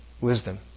wisdom